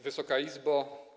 Wysoka Izbo!